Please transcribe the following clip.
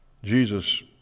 Jesus